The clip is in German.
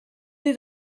sie